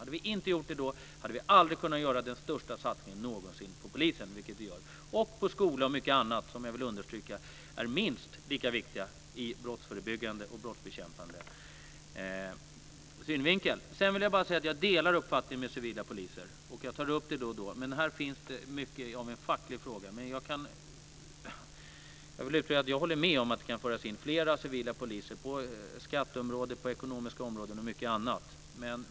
Hade vi inte gjort det då hade vi aldrig kunnat göra den största satsningen någonsin på polisen. Det gör vi nu. Vi gör också en satsning på skola och mycket annat som, det vill jag understryka, är minst lika viktigt ur brottsförebyggande och brottsbekämpande synvinkel. Sedan vill jag bara säga att jag delar uppfattningen om civila poliser. Jag tar upp det då och då. Det här är mycket en facklig fråga. Jag vill ändå säga att jag håller med om att det kan föras in flera civila poliser på skatteområdet, det ekonomiska området och många andra områden.